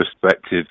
perspective